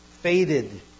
faded